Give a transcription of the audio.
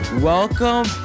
Welcome